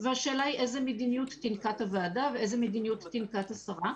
והשאלה היא איזה מדיניות תנקוט הוועדה ואיזה מדיניות תנקוט השרה.